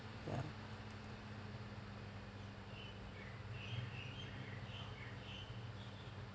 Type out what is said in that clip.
ya